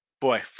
Boy